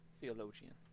theologian